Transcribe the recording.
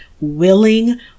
willing